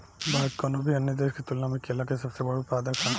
भारत कउनों भी अन्य देश के तुलना में केला के सबसे बड़ उत्पादक ह